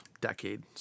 decade